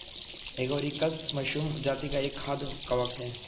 agaricus mushroom जाती का एक खाद्य कवक है